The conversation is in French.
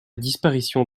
disparition